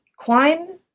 Quine